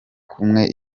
kumwe